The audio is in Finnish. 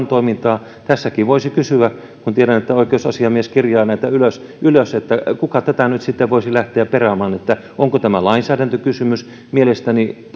toimintaa tässäkin voisi kysyä kun tiedän että oikeusasiamies kirjaa näitä ylös ylös kuka tätä nyt sitten voisi lähteä perkaamaan onko tämä lainsäädäntökysymys mielestäni